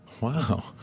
Wow